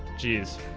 geez.